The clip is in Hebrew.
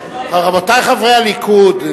רבותי חברי הליכוד,